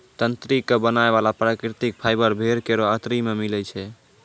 तंत्री क बनाय वाला प्राकृतिक फाइबर भेड़ केरो अतरी सें मिलै छै